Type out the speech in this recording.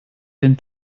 den